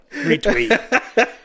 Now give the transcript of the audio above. Retweet